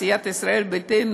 סיעת ישראל ביתנו,